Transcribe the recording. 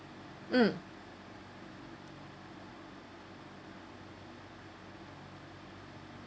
mm